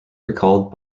recalled